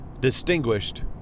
distinguished